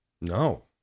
No